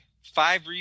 five